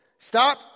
Stop